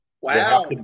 Wow